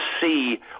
see